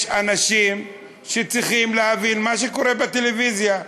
יש אנשים שצריכים להבין מה שקורה בטלוויזיה.